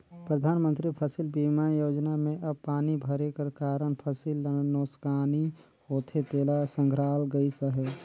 परधानमंतरी फसिल बीमा योजना में अब पानी भरे कर कारन फसिल ल नोसकानी होथे तेला संघराल गइस अहे